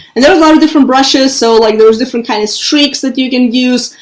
and there's a lot of different brushes. so like there's different kinds of streaks that you can use.